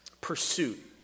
pursuit